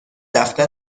دفتر